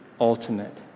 ultimate